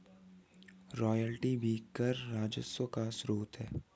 royalty भी कर राजस्व का स्रोत है